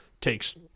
takes